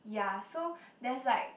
yeah so there's like